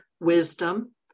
wisdom